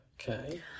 Okay